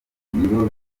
nibo